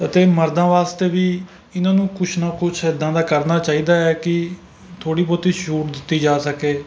ਅਤੇ ਮਰਦਾਂ ਵਾਸਤੇ ਵੀ ਇਹਨਾਂ ਨੂੰ ਕੁਛ ਨਾ ਕੁਛ ਇੱਦਾਂ ਦਾ ਕਰਨਾ ਚਾਹੀਦਾ ਹੈ ਕਿ ਥੋੜ੍ਹੀ ਬਹੁਤੀ ਛੂਟ ਦਿੱਤੀ ਜਾ ਸਕੇ